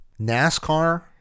NASCAR